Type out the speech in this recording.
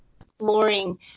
exploring